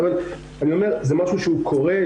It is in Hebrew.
אבל זה משהו שהוא קורה,